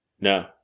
no